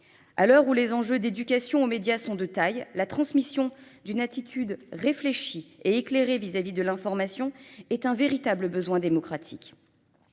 À l'heure où les enjeux d'éducation aux médias sont de taille, la transmission d'une attitude réfléchie et éclairée vis-à-vis de l'information est un véritable besoin démocratique.